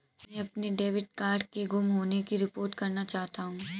मैं अपने debit card के गुम होने की रिपोर्ट करना चाहता हूँ